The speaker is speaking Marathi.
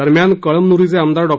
दरम्यान कळमनुरीचे आमदार डॉ